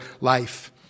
life